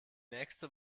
nächste